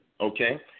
okay